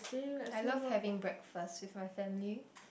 I love having breakfast with my family